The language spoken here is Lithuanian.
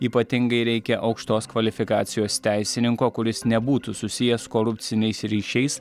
ypatingai reikia aukštos kvalifikacijos teisininko kuris nebūtų susijęs korupciniais ryšiais